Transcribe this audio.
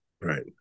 Right